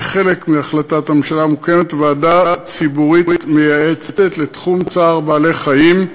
כחלק מהחלטת הממשלה מוקמת ועדה ציבורית מייעצת לתחום צער בעלי-חיים.